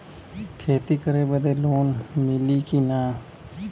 खेती करे बदे लोन मिली कि ना?